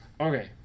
okay